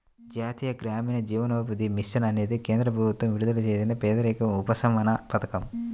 జాతీయ గ్రామీణ జీవనోపాధి మిషన్ అనేది కేంద్ర ప్రభుత్వం విడుదల చేసిన పేదరిక ఉపశమన పథకం